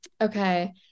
okay